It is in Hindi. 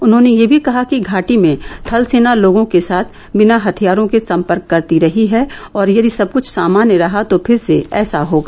उन्होंने यह भी कहा कि घाटी में थलसेना लोगों के साथ बिना हथियारों के सम्पर्क करती रही है और यदि सबकुछ सामान्य रहा तो फिर से ऐसा होगा